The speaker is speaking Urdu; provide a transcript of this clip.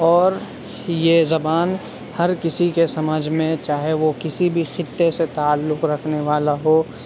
اور یہ زبان ہر کسی کے سمجھ میں چاہے وہ کسی بھی خطے سے تعلق رکھنے والا ہو